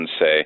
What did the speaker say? say